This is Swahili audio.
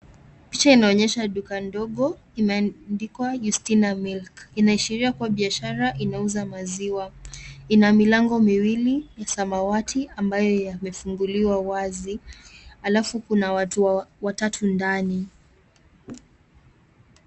Picha inaonyesha duka ndogo imeandikwa Yustina Milk. Inaashiria kuwa biashara inauza maziwa. Ina milango miwili ya samawati ambayo imefunguliwa wazi. Halafu kuna watu watatu ndani.